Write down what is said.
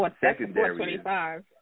secondary